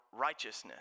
righteousness